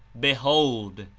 behold!